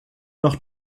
noch